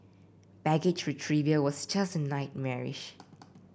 baggage retrieval was just as nightmarish